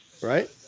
right